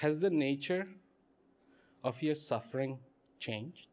has the nature of your suffering change